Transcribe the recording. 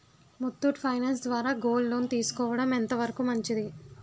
Muthoot finance ద్వారా gold loan తీసుకోవడం ఎంత వరకు మంచిది?